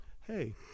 hey